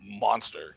monster